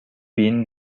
been